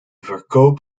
verkoop